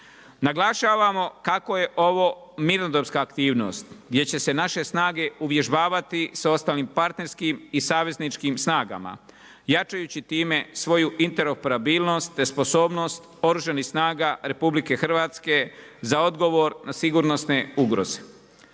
Naglašavamo kako je ovo minudorska aktivnost gdje će se naše snage uvježbavati s ostalima partnerskim i savezničkim snagama, jačajući time svoju interoperabilnost, te sposobnost oružanih snaga RH za odgovor na sigurnosne ugroze.